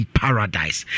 paradise